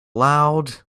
loud